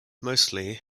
mostly